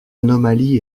anomalie